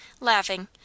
laughing